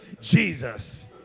Jesus